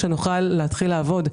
כדי שנוכל להתחיל לעבוד,